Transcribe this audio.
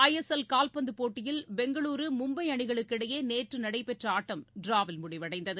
ஐ S L கால்பந்து போட்டியில் பெங்களுரு மும்ப அணிகளுக்கு இடையே நேற்று நடைபெற்ற ஆட்டம் டிராவில் முடிவடைந்தது